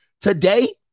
Today